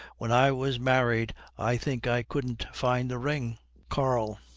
when i was married i think i couldn't find the ring karl.